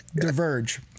diverge